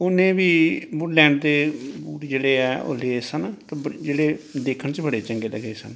ਉਹਨੇ ਵੀ ਵੂਡਲੈਂਡ ਦੇ ਬੂਟ ਜਿਹੜੇ ਆ ਉਹ ਲਏ ਸਨ ਕਿ ਬ ਜਿਹੜੇ ਦੇਖਣ 'ਚ ਬੜੇ ਚੰਗੇ ਲੱਗੇ ਸਨ